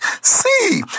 See